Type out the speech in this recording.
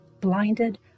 blinded